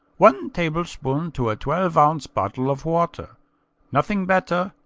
one tablespoonful to a twelve-ounce bottle of water nothing better,